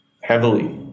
heavily